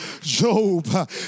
Job